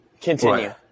Continue